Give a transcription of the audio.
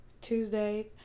Tuesday